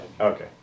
Okay